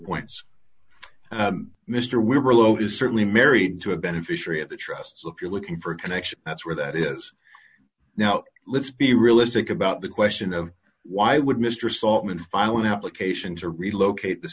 points mr we're a low is certainly married to a beneficiary of the trust so if you're looking for a connection that's where that is now let's be realistic about the question of why would mr saltman file an application to relocate t